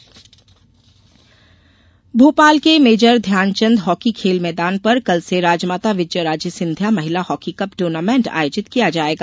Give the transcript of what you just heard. महिला हॉकी भोपाल के major Dhyanchand hockey खेल मैदान पर कल से राजमाता विजयाराजे सिंधिया महिला हॉकी कप टूर्नामेन्ट आयोजित किया जायेगा